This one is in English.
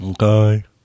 Okay